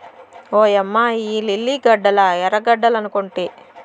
ఓయమ్మ ఇయ్యి లిల్లీ గడ్డలా ఎర్రగడ్డలనుకొంటి